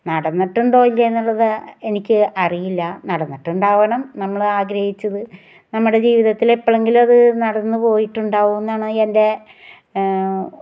നടന്നിട്ടുണ്ടോ ഇല്ലേ എന്നുള്ളത് എനിക്ക് അറിയില്ല നടന്നിട്ടുണ്ടാവണം നമ്മൾ ആഗ്രഹിച്ചത് നമ്മുടെ ജീവിതത്തിൽ എപ്പോഴെങ്കിലും അത് നടന്ന് പോയിട്ടുണ്ടാവും എന്നാണ് എൻ്റെ